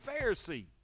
Pharisee